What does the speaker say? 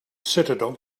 citadel